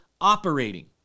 operating